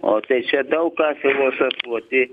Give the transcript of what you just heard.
o tai čia daug ką filosofuoti